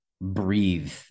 breathe